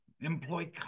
employ